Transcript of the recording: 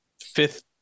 fifth